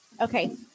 Okay